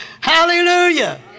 Hallelujah